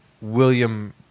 William